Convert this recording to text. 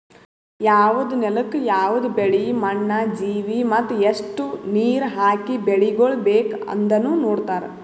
ಯವದ್ ನೆಲುಕ್ ಯವದ್ ಬೆಳಿ, ಮಣ್ಣ, ಜೀವಿ ಮತ್ತ ಎಸ್ಟು ನೀರ ಹಾಕಿ ಬೆಳಿಗೊಳ್ ಬೇಕ್ ಅಂದನು ನೋಡತಾರ್